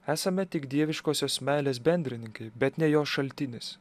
esame tik dieviškosios meilės bendrininkai bet ne jo šaltinis